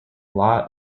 lot